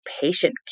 patient